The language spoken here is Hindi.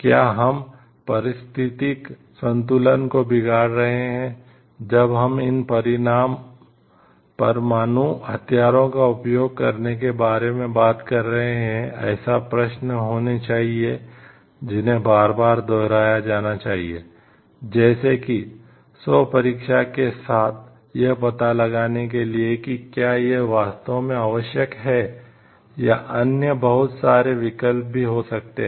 क्या हम पारिस्थितिक संतुलन को बिगाड़ रहे हैं जब हम इन परमाणु हथियारों का उपयोग करने के बारे में बात कर रहे हैं ऐसे प्रश्न होने चाहिए जिन्हें बार बार दोहराया जाना चाहिए जैसे कि स्व परीक्षा के साथ यह पता लगाने के लिए कि क्या यह वास्तव में आवश्यक है या अन्य बहुत सारे विकल्प भी हो सकते हैं